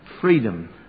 Freedom